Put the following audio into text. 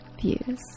views